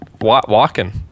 Walking